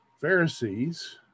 Pharisees